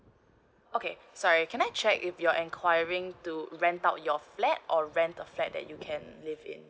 okay sorry can I check if you're enquiring to rent out your flat or rent the flat that you can live in